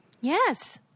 Yes